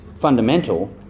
fundamental